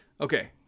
Okay